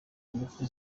ingufu